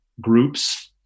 Groups